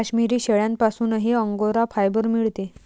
काश्मिरी शेळ्यांपासूनही angora fibre मिळते